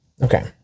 Okay